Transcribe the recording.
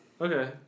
Okay